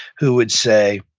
who would say,